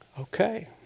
Okay